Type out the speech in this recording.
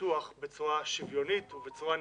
הפתוח בצורה שוויונית ובצורה נאותה,